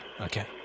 okay